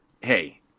hey